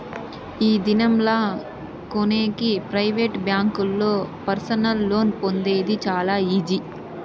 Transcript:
ఈ దినం లా కొనేకి ప్రైవేట్ బ్యాంకుల్లో పర్సనల్ లోన్ పొందేది చాలా ఈజీ